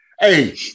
hey